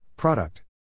Product